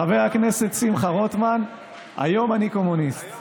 חבר הכנסת שמחה רוטמן: היום אני קומוניסט.